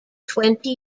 twenty